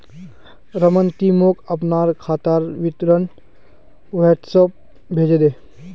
रमन ती मोक अपनार खातार विवरण व्हाट्सएपोत भेजे दे